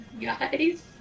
Guys